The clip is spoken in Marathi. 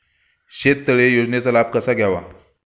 शेततळे योजनेचा लाभ कसा घ्यावा?